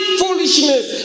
foolishness